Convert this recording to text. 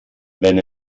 wenn